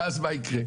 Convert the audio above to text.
ואז מה יקרה?